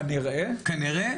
כנראה,